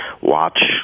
watch